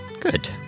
Good